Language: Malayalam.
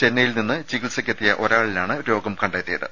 ചെന്നൈയിൽ നിന്ന് ചികിത്സക്കെത്തിയ ഒരാളിലാണ് രോഗം കണ്ടെത്തിയത്